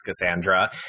Cassandra